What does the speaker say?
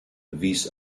wies